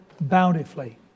bountifully